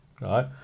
right